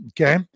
Okay